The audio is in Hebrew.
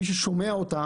מי ששומע אותה